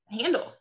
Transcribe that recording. handle